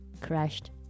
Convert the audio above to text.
crashed